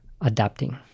adapting